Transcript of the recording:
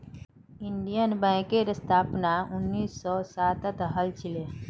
Indian बैंकेर स्थापना उन्नीस सौ सातत हल छिले